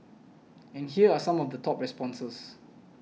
and here are some of the top responses